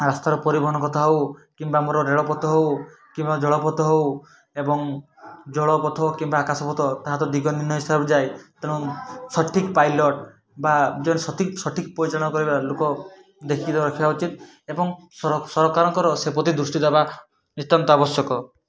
ରାସ୍ତାର ପରିବହନ କଥା ହଉ କିମ୍ବା ମୋର ରେଳପଥ ହଉ କିମ୍ବା ଜଳପଥ ହଉ ଏବଂ ଜଳପଥ କିମ୍ବା ଆକାଶପଥ ତାହା ତ ଦିଗ ନିର୍ଣ୍ଣୟ ହିସାବରେ ଯାଏ ତେଣୁ ସଠିକ୍ ପାଇଲଟ୍ ବା ଯଦି ସଠିକ୍ ସଠିକ୍ ପରିଚାଳନା କରିବା ଲୋକ ଦେଖିକି ରଖିବା ଉଚିତ୍ ଏବଂ ସରକାରଙ୍କର ସେ ପ୍ରତି ଦୃଷ୍ଟି ଦବା ନିତ୍ୟାନ୍ତ ଆବଶ୍ୟକ